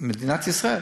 מדינת ישראל.